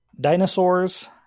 dinosaurs